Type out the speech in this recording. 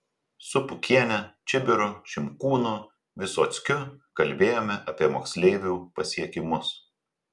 su pukiene čibiru šimkūnu vysockiu kalbėjome apie moksleivių pasiekimus